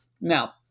Now